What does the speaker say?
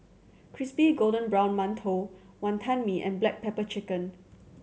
crispy golden brown mantou Wonton Mee and black pepper chicken